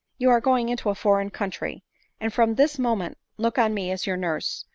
you are going into a foreign country and from this moment look on me as your nurse,